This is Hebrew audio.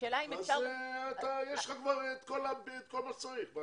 אז יש לך את כל מה שאתה צריך.